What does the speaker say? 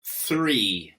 three